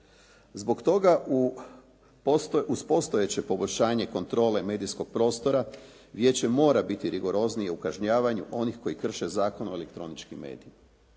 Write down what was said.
Zbog toga uz postojeće pogoršanje kontrole medijskog prostora vijeće mora biti rigoroznije u kažnjavanju onih koji krše Zakon o elektroničkim medijima